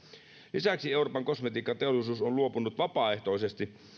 lisäksi euroopan kosmetiikkateollisuus on luopunut vapaaehtoisesti